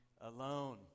alone